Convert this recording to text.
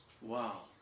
Wow